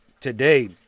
Today